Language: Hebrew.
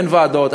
אין ועדות,